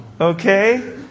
Okay